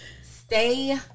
stay